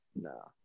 No